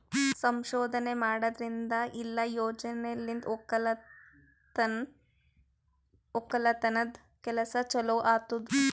ಸಂಶೋಧನೆ ಮಾಡದ್ರಿಂದ ಇಲ್ಲಾ ಯೋಜನೆಲಿಂತ್ ಒಕ್ಕಲತನದ್ ಕೆಲಸ ಚಲೋ ಆತ್ತುದ್